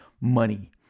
money